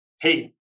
hey